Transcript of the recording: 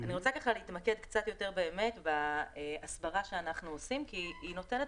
אני רוצה להתמקד קצת יותר בהסברה שאנחנו עושים כי היא נותנת